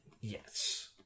Yes